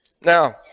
Now